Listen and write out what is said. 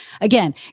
again